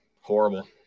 horrible